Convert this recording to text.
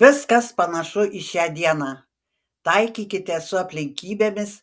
viskas panašu į šią dieną taikykitės su aplinkybėmis